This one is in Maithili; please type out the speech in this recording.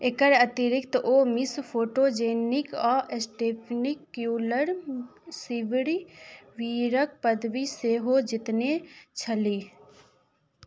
एकर अतिरिक्त ओ मिस फोटोजेनिक आओर स्टेपनी क्यूलर सीवरके पदवी सेहो जितने छलीह